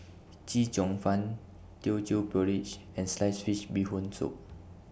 Chee Cheong Fun Teochew Porridge and Sliced Fish Bee Hoon Soup